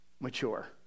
mature